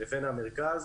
לבין המרכז,